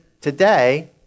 today